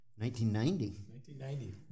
1990